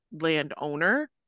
landowner